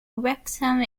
wrexham